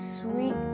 sweet